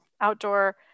outdoor